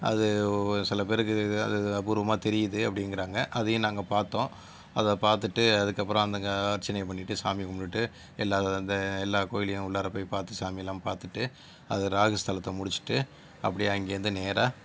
அது ஒரு சில பேருக்கு அது அது அபூர்வமாக தெரியுது அப்டிங்கிறாங்க அதையும் நாங்கள் பார்த்தோம் அதை பார்த்துட்டு அதுக்கப்புறம் அர்ச்சனையை பண்ணிவிட்டு சாமி கும்பிட்டுட்டு எல்லா இந்த எல்லா கோயில்லேயும் உள்ளார போய் பார்த்து சாமியெல்லாம் பார்த்துட்டு அந்த ராகு ஸ்தலத்தை முடிச்சுட்டு அப்படியே அங்கேருந்து நேராக